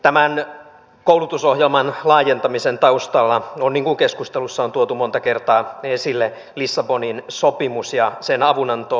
tämän koulutusohjelman laajentamisen taustalla on niin kuin keskustelussa on tuotu monta kertaa esille lissabonin sopimus ja sen avunantolauseke